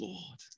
Lord